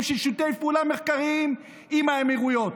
של שיתופי פעולה מחקריים עם האמירויות.